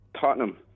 Tottenham